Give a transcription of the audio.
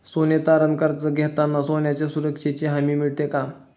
सोने तारण कर्ज घेताना सोन्याच्या सुरक्षेची हमी मिळते का?